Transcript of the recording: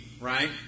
right